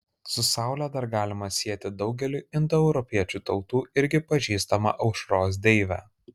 su saule dar galima sieti daugeliui indoeuropiečių tautų irgi pažįstamą aušros deivę